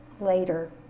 later